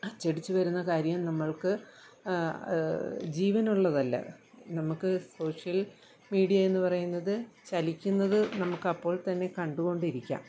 അച്ചടിച്ചുവരുന്ന കാര്യം നമ്മൾക്ക് ജീവനുള്ളതല്ല നമുക്ക് സോഷ്യൽ മീഡിയ എന്നുപറയുന്നത് ചലിക്കുന്നത് നമുക്ക് അപ്പോൾ തന്നെ കണ്ടുകൊണ്ടിരിക്കാം